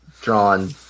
drawn